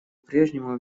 прежнему